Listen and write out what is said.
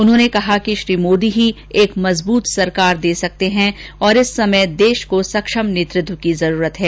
उन्होंने कहा कि मोदी ही एक मजबूत सरकार दे सकते हैं और इस समय देश को सक्षम नेतृत्व की जरूरत है